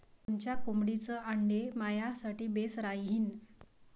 कोनच्या कोंबडीचं आंडे मायासाठी बेस राहीन?